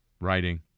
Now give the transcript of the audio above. writing